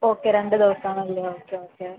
okay രണ്ട് ദിവസം ആണല്ലേ ഓക്കെ ഓക്കെ